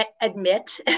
admit